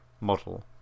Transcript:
model